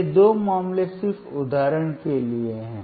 ये दो मामले सिर्फ उदाहरण के लिए हैं